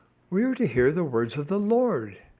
we are to hear the words of the lord,